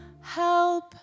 help